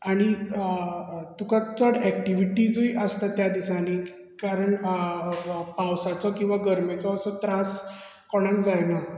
आनी तुका चड एक्टीविटीय आसता त्या दिसांनी कारण पावसाचो किंवा गरमेचो असो त्रास कोणाक जायना